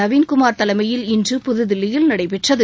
நவீன் குமார் தலைமையில் இன்று புதுதில்லியில் நடைபெற்றது